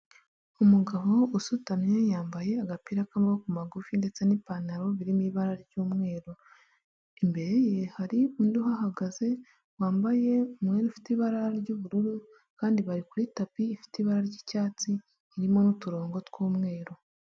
Umugabo usutamye yambaye agapira k'amaboko magufi ndetse n'ipantaro biri mu ibara ry'umweru, imbere ye hari undi uhahagaze wambaye umwenda ufite ibara ry'ubururu kandi bari kuri tapi ifite ibara ry'icyatsi irimo n'uturongo tw'umweru.